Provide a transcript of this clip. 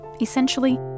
Essentially